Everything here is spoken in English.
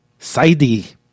Saidi